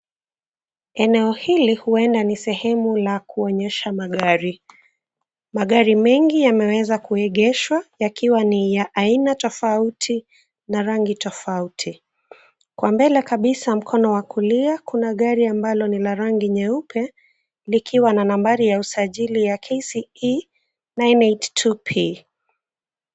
Eneo hili huenda ni sehemu la kuonyesha magari. Magari mengi yameweza kuegeshwa yakiwa ni ya aina tofauti na rangi tofauti. Kwa mbele kabisa mkono wa kulia, kuna gari ambalo ni na rangi nyeupe, likiwa na nambari ya usajili ya KCE 982P.